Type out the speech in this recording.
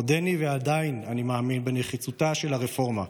עדיין אני מאמין בנחיצותה של הרפורמה,